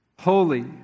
holy